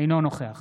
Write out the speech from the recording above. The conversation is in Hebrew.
אינו נוכח